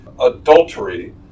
adultery